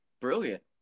brilliant